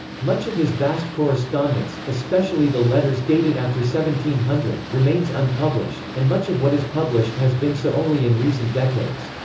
much of his vast correspondence, especially the letters dated after hundred, remains unpublished, and much of what is published has been so only in recent decades.